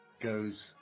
goes